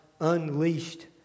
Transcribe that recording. unleashed